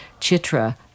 Chitra